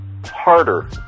Harder